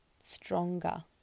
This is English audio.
stronger